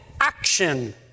action